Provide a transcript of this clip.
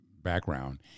background